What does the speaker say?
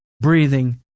breathing